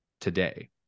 today